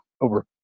over